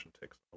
takes